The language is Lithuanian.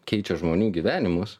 keičia žmonių gyvenimus